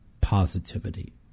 positivity